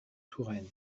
touraine